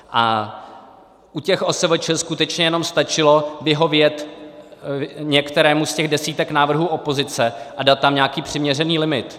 A u těch OSVČ skutečně jenom stačilo vyhovět některému z desítek návrhů opozice a dát tam nějaký přiměřený limit.